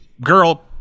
girl